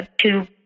two